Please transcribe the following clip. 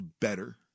better